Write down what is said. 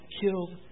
killed